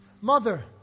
Mother